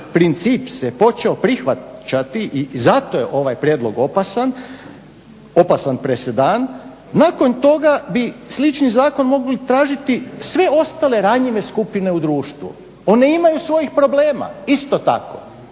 princip se počeo prihvaćati i zato jer ovaj prijedlog opasan presedan, nakon toga bi slični zakon mogli i tražiti sve ostale ranjive skupine u društvu. One imaju svojih problema, isto tako.